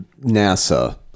NASA